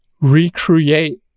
recreate